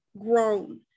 grown